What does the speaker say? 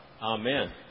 Amen